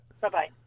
Bye-bye